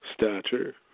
stature